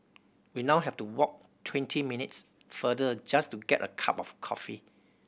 we now have to walk twenty minutes further just to get a cup of coffee